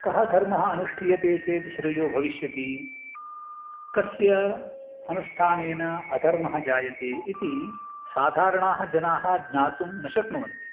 कः धर्मः अनुष्ठीयते चेत् श्रेयो भविष्यति कस्य अनुष्ठानेन अधर्मः जायते इति साधारणाः जनाः ज्ञातुं न शक्नुवन्ति